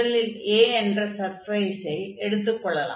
முதலில் A என்ற சர்ஃபேஸை எடுத்துக் கொள்வோம்